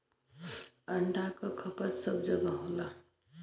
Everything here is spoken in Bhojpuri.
अंडा क खपत सब जगह होला